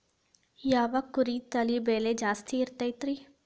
ಯಾವ ಕುರಿ ತಳಿ ಬೆಲೆ ಜಾಸ್ತಿ ಇರತೈತ್ರಿ?